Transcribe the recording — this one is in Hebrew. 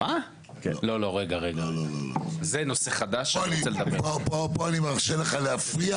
וכפי שנאמר בפתיח,